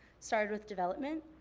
started with development.